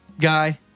guy